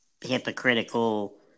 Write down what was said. Hypocritical